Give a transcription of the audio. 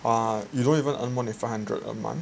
ah you don't even earn more than five hundred a month